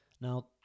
Now